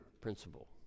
Principle